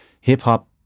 hip-hop